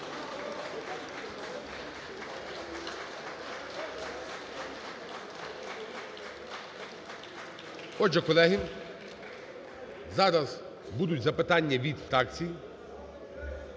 Отже, колеги, зараз будуть запитання від фракцій.